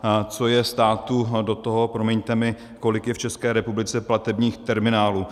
Co je státu do toho, promiňte mi, kolik je v České republice platebních terminálů?